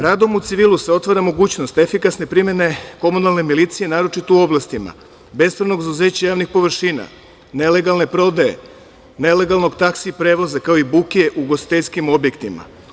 Radom u civilu se otvara mogućnost efikasne primene komunalne milicije naročito u oblastima bespravnog zauzeća javnih površina, nelegalne prodaje, nelegalnog taksi prevoza kao i buke u ugostiteljskim objektima.